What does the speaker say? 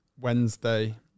Wednesday